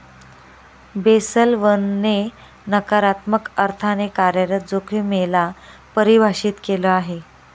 Basel one ने नकारात्मक अर्थाने कार्यरत जोखिमे ला परिभाषित केलं आहे